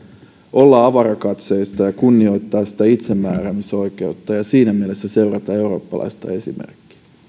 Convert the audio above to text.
olla avarakatseisia ja kunnioittaa itsemääräämisoikeutta ja siinä mielessä seurata eurooppalaista esimerkkiä